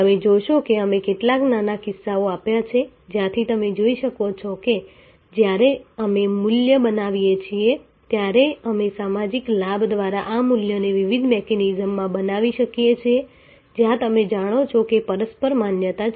તમે જોશો કે અમે કેટલાક નાના કિસ્સાઓ આપ્યા છે જ્યાંથી તમે જોઈ શકો છો કે જ્યારે અમે મૂલ્ય બનાવીએ છીએ ત્યારે અમે સામાજિક લાભ દ્વારા આ મૂલ્યને વિવિધ મિકેનિઝમમાં બનાવી શકીએ છીએ જ્યાં તમે જાણો છો કે પરસ્પર માન્યતા છે